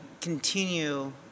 continue